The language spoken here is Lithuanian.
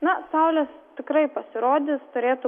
na saulės tikrai pasirodys turėtų